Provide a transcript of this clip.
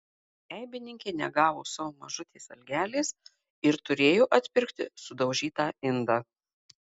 eibininkė negavo savo mažutės algelės ir turėjo atpirkti sudaužytą indą